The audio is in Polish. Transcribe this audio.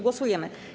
Głosujemy.